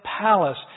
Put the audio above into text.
palace